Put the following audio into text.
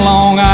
Long